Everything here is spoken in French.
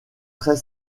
très